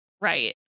right